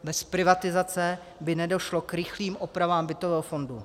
Bez privatizace by nedošlo k rychlým opravám bytového fondu.